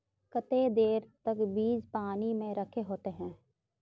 केते देर तक बीज पानी में रखे होते हैं?